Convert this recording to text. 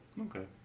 Okay